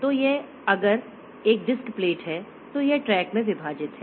तो अगर यह एक डिस्क प्लेट है तो यह ट्रैक में विभाजित है